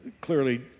clearly